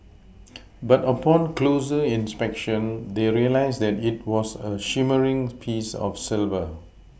but upon closer inspection they realised that it was a shimmering piece of silver